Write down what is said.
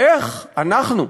איך אנחנו,